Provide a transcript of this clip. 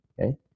okay